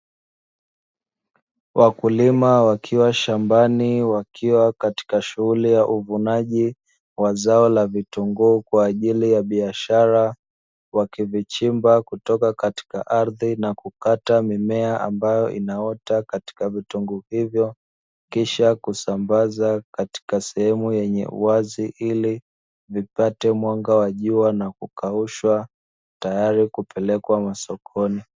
Wakulima wakiwa shambani wakiwa katika shughuli ya uvunaji wa zao vitunguu kwa ajili ya biashara, wakivichimba kutoka katika ardhi na kukata mimea inayoota katika vitunguu hivyo kisha kusambaza katika sehemu yenye uwazi ili vipate mwanga wa jua na kukaushwa tayari kupelekwa masokoni.